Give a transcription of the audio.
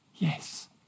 Yes